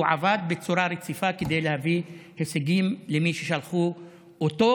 והוא עבד בצורה רציפה כדי להביא הישגים למי ששלחו אותו,